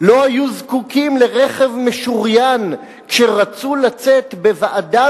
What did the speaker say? לא היו זקוקים לרכב משוריין כשרצו לצאת כוועדה